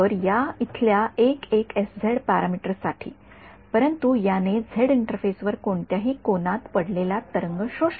तर या इथल्या पॅरामीटर साठी परंतु याने झेड इंटरफेस वर कोणत्याही कोनात पडलेला तरंग शोषला